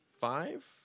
five